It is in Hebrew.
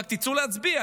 רק תצאו להצביע.